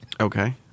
Okay